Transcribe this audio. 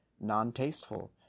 non-tasteful